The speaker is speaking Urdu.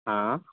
ہاں